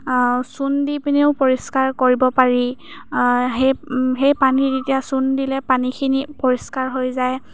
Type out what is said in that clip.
চূণ দি পিনিও পৰিষ্কাৰ কৰিব পাৰি সেই সেই পানীত তেতিয়া চূণ দিলে পানীখিনি পৰিষ্কাৰ হৈ যায়